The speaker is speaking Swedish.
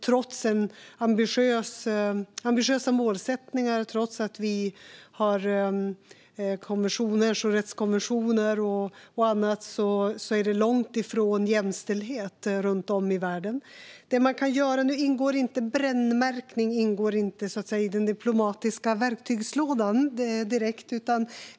Trots ambitiösa målsättningar och trots att vi har rättskonventioner och annat råder det långt ifrån jämställdhet runt om i världen. Brännmärkning ingår inte i den diplomatiska verktygslådan.